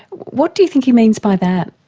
what do you think he means by that?